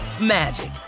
magic